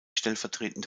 stellvertretende